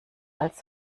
als